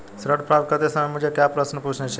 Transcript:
ऋण प्राप्त करते समय मुझे क्या प्रश्न पूछने चाहिए?